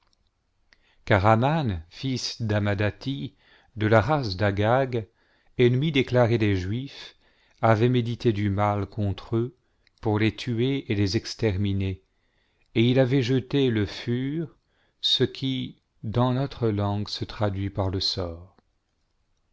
aman fils d'amadathî de la race d'agag ennemi déclaré des juifs avait médité du mal contre eux pour les tuer et les exterminer et il avait jeté le pliur ce qui dans notre langue se traduit par le sort